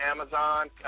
Amazon